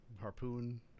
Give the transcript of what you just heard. Harpoon